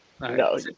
No